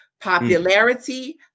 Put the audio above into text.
Popularity